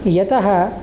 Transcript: यतः